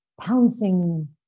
pouncing